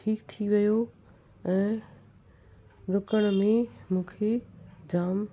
ठीकु थी वयो ऐं ॾुकण में मूंखे जामु